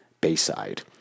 Bayside